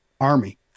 army